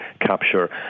capture